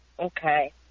Okay